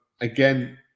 again